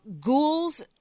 ghouls